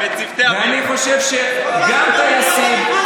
אני חושב שגם טייסים,